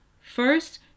first